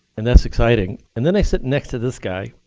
and that's exciting. and then i sit next to this guy.